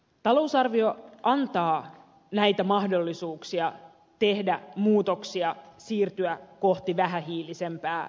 talousarvio antaa näitä mahdollisuuksia tehdä muutoksia siirtyä kohti vähähiilisempää suomea